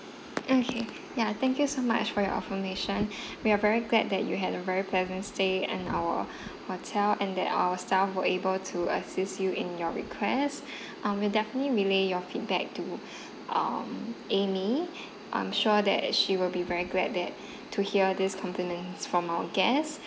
okay ya thank you so much for your affirmation we are very glad that you had a very pleasant stay in our hotel and that our staff were able to assist you in your request um we'll definitely relay your feedback to um amy I'm sure that she will be very glad that to hear these compliments from our guest